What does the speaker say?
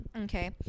okay